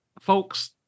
folks